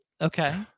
Okay